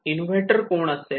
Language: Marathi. इनोव्हेटर कोण असेल